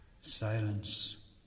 silence